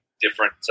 different